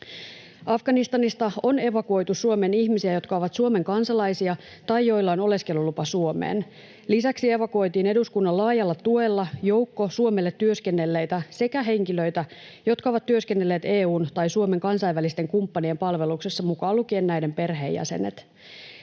Afganistanista on evakuoitu Suomeen ihmisiä, jotka ovat Suomen kansalaisia tai joilla on oleskelulupa Suomeen. Lisäksi evakuoitiin eduskunnan laajalla tuella joukko Suomelle työskennelleitä sekä henkilöitä, jotka ovat työskennelleet EU:n tai Suomen kansainvälisten kumppanien palveluksessa, mukaan lukien näiden perheenjäsenet.